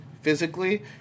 physically